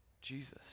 Jesus